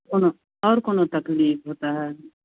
कोनो और कोनो तकलीफ होती है